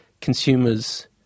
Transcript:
consumers